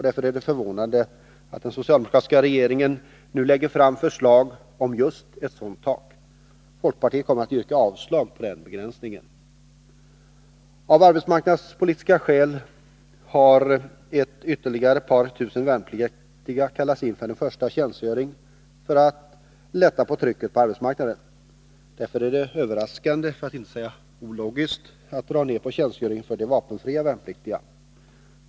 Därför är det förvånande att den socialdemokratiska regeringen nu lägger fram förslag om just ett sådant tak. Folkpartiet kommer att yrka avslag på den begränsningen. Av arbetsmarknadspolitiska skäl har ytterligare ett par tusen värnpliktiga kallats in till första tjänstgöring för att ”lätta på trycket” på arbetsmarknaden. Därför är det överraskande — för att inte säga ologiskt — att dra ned på tjänstgöringen för de vapenfria värnpliktiga.